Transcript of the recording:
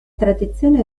tradizione